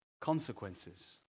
consequences